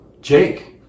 Jake